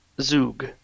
Zug